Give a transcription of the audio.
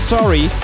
Sorry